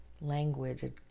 language